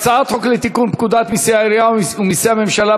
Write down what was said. הצעת חוק לתיקון פקודת מסי העירייה ומסי הממשלה